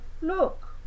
look